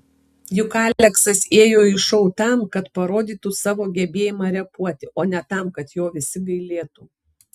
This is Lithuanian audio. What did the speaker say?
juk aleksas ėjo į šou tam kad parodytų savo gebėjimą repuoti o ne tam kad jo visi gailėtų